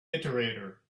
iterator